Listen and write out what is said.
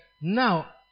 now